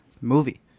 movie